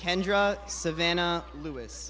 kendra savannah louis